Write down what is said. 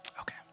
Okay